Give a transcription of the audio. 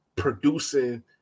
Producing